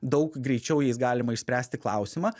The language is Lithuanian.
daug greičiau jais galima išspręsti klausimą